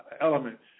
elements